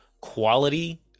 quality